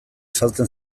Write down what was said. saltzen